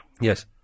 yes